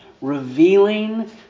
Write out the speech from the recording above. revealing